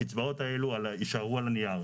הקצבאות האלה יישארו על הנייר.